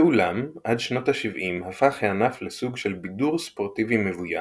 ואולם עד שנות ה-70 הפך הענף לסוג של בידור ספורטיבי מבוים,